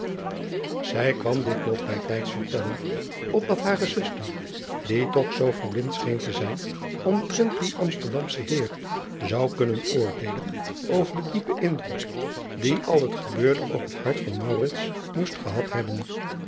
ij kwam dit nog bij tijds vertellen opdat hare zuster die toch zoo verblind scheen te zijn omtrent dien msterdamschen eer zou kunnen oordeelen over den diepen indruk die al het gebeurde op het hart van moest gehad hebben